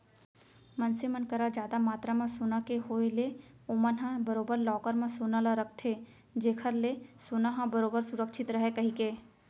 मनसे मन करा जादा मातरा म सोना के होय ले ओमन ह बरोबर लॉकर म सोना ल रखथे जेखर ले सोना ह बरोबर सुरक्छित रहय कहिके